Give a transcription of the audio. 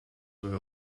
were